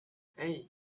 hey